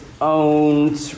own